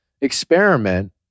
experiment